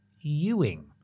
Ewing